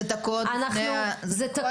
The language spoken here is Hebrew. זה תקוע עוד לפני התקציב.